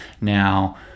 now